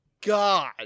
God